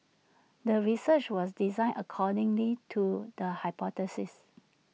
the research was designed accordingly to the hypothesis